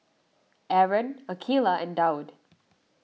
Aaron Aqeelah and Daud